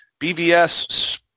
BVS